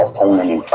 only